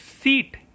seat